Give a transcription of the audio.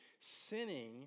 sinning